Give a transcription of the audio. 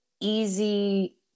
easy